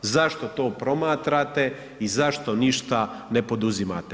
Zašto to promatrate i zašto ništa ne poduzimate?